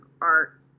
art